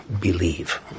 believe